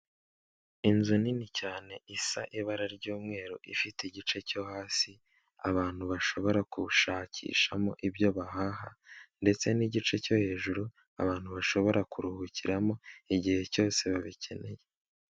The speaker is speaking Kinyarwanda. Inzu nini cyane isa ibara ry'umweru ifite igice cyo hasi abantu bashobora kushakishamo ibyo bahaha, ndetse n'igice cyo hejuru abantu bashobora kuruhukiramo igihe cyose babikeneye.